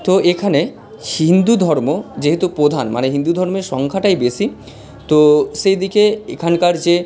তো এখানে হিন্দু ধর্ম যেহেতু প্রধান মানে হিন্দু ধর্মের সংখ্যাটাই বেশি তো সেই দিকে এখানকার যে